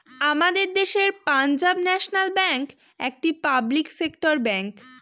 আমাদের দেশের Punjab national bank একটি পাবলিক সেক্টর ব্যাঙ্ক